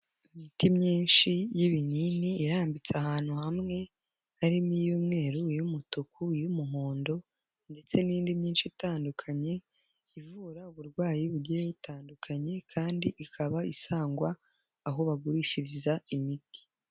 Imiti myinshi y'ibinini irambitse ahantu hamwe, harimo iy'umweruru, iy'umutuku, iy'umuhondo ndetse n'indi myinshi itandukanye ivura uburwayi bugiye butandukanye kandi ikaba isangwa aho bagurishiriza imiti.